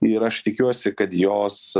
ir aš tikiuosi kad jos